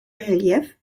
relief